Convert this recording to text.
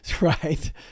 Right